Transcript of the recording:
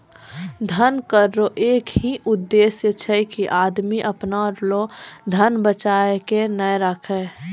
धन कर रो एक ही उद्देस छै की आदमी अपना लो धन बचाय के नै राखै